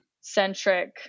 centric